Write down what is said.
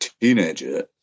teenager